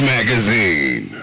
Magazine